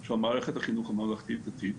של מערכת החינוך הממלכתית דתית,